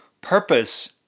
purpose